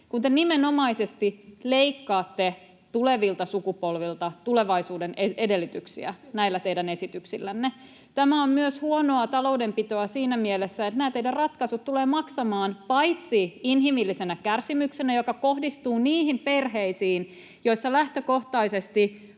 kun te nimenomaisesti leikkaatte tulevilta sukupolvilta tulevaisuuden edellytyksiä näillä teidän esityksillänne. Tämä on huonoa taloudenpitoa myös siinä mielessä, että nämä teidän ratkaisunne, paitsi että ne tulevat maksamaan inhimillisenä kärsimyksenä, joka kohdistuu niihin perheisiin, joissa lähtökohtaisesti